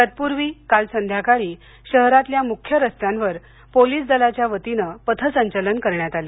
तत्पूर्वी काल संध्याकाळी शहरातल्या मुख्य रस्त्यांवर पोलीस दलाच्यावतीनं पथसंचलन करण्यात आलं